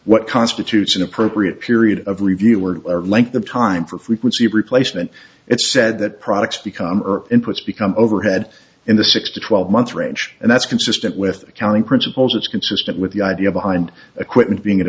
what constitutes an appropriate period of review or length of time for frequency replacement it's said that products become inputs become overhead in the six to twelve month range and that's consistent with accounting principles it's consistent with the idea behind a quit being an